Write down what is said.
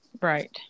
Right